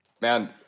man